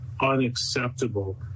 unacceptable